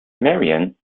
marion